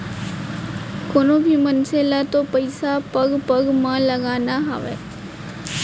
कोनों भी मनसे ल तो पइसा पग पग म लगाना हावय